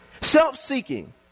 Self-seeking